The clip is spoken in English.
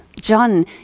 John